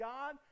God